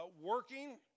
working